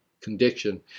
condition